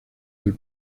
del